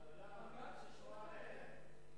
כדי לשמור עליהם.